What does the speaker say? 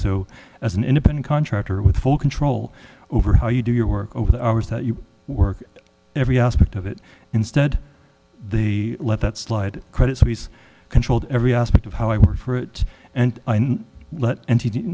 so as an independent contractor with full control over how you do your work over the hours that you work every aspect of it instead the let that slide credit suisse controlled every aspect of how i worked for it and let